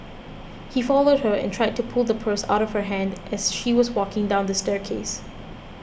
he followed her and tried to pull the purse out of her hand as she was walking down the staircase